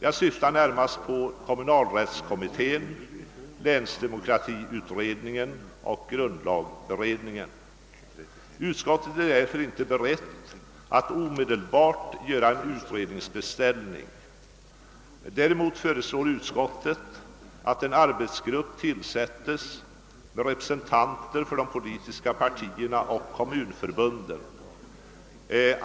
Jag syftar närmast på arbetet inom kommunalrättskommittén, länsdemokratiutredningen och grundlagberedningen. Utskottet är därför inte berett att omedelbart göra en utredningsbeställning. Däremot föreslår utskottet att en arbetsgrupp tillsättes med representanter för de politiska partierna och kommunförbunden.